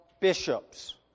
bishops